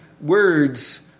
words